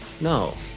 No